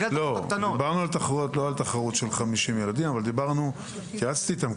דיברנו לא על תחרות של 50 ילדים אבל דיברנו עם אמיר